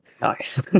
Nice